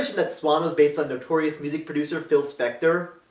that swan was based on notorious music producer phil spector?